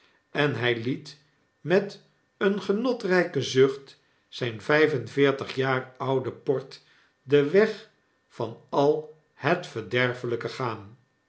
en hy liet met een genotryken zucht zijn vijf en veertig jaar ouden port den weg van al het verderfelijke gaan